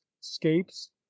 scapes